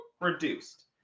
reduced